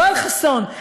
יואל חסון,